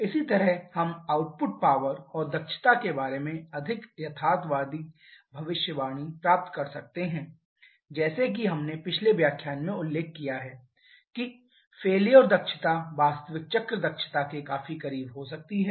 इसी तरह हम आउटपुट पावर और दक्षता के बारे में अधिक यथार्थवादी भविष्यवाणी प्राप्त कर सकते हैं जैसे कि हमने पिछले व्याख्यान में उल्लेख किया है कि फेलियर दक्षता वास्तविक चक्र दक्षता के काफी करीब हो सकती है